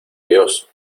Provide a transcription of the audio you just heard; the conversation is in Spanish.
dios